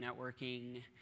networking